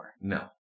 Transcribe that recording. No